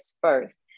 first